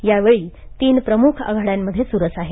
यावेळी तीन प्रमुख आघाड्यामध्ये चुरस आहे